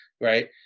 right